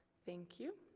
thank you.